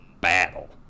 battle